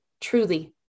truly